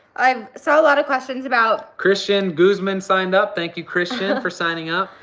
i saw a lot of questions about. christian guzman signed up, thank you christian for signing up.